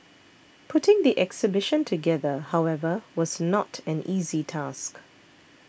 putting the exhibition together however was not an easy task